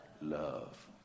Love